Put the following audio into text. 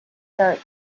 derek